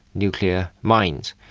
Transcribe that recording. nuclear mines.